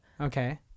Okay